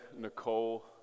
Nicole